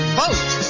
vote